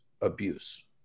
abuse